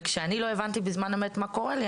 וכשאני לא הבנתי בזמן אמת מה קורה לי,